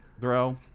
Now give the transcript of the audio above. throw